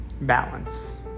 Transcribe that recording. balance